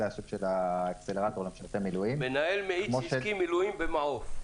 ה-accelerator של אנשי המילואים.